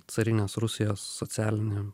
carinės rusijos socialinį